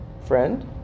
Friend